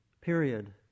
period